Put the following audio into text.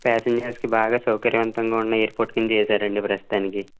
ప్యాసింజర్స్కి బాగా సౌకర్యవంతంగా ఉన్న ఎయిర్పోర్ట్ కింద చేసారండి ప్రస్తుతానికి